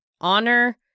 honor